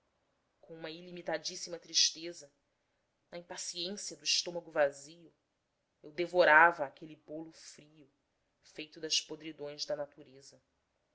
com uma ilimitadíssima tristeza na impaciência do estômago vazio eu devorava aquele bolo frio feito das podridões da natureza